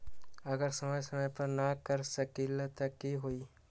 अगर समय समय पर न कर सकील त कि हुई?